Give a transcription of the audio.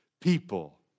people